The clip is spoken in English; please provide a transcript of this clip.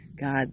God